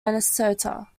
minnesota